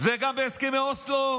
וגם בהסכמי אוסלו,